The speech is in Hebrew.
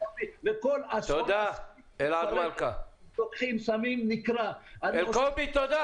--- וכל הסחורה מסין לוקחים שמים ונקרע --- והיקר,